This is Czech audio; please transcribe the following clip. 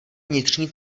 vnitřní